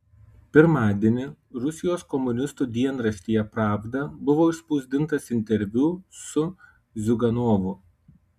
pirmadienį rusijos komunistų dienraštyje pravda buvo išspausdintas interviu su ziuganovu